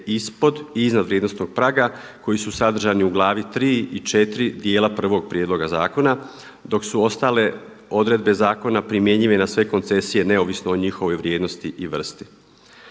ispod i iznad vrijednosnog praga koji su sadržani u glavi 3 i 4 dijela prvog prijedloga zakona, dok su ostale odredbe zakona primjenjive na sve koncesije neovisno o njihovoj vrijednosti i vrsti.